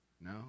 No